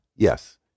Yes